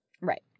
Right